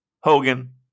Hogan